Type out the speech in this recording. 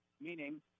meaning